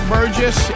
Burgess